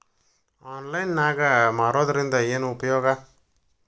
Online ನಾಗ್ ಮಾರೋದ್ರಿಂದ ಏನು ಉಪಯೋಗ?